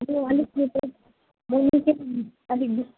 अलिक